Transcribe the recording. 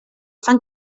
fan